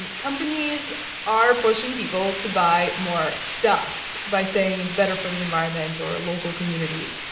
and companies are pushing people to buy more stuff by saying it's better for the environment or local communities,